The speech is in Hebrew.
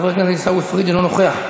חבר הכנסת עיסאווי פריג' אינו נוכח.